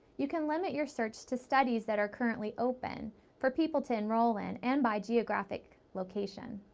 you can limit your search to studies that are currently open for people to enroll in and by geographic location.